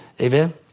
Amen